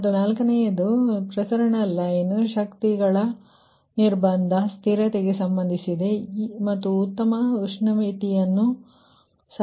ಮತ್ತು ನಾಲ್ಕನೆಯದು ಪ್ರಸರಣ ಲೈನ್ ಶಕ್ತಿಗಳ ನಿರ್ಬಂಧ ಸ್ಥಿರತೆಗೆ ಸಂಬಂಧಿಸಿದೆ ಮತ್ತು ಉಷ್ಣ ಮಿತಿಯನ್ನು ಸಹ ಪರಿಗಣಿಸಬೇಕು